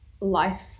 life